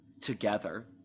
together